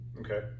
Okay